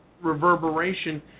reverberation